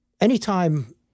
anytime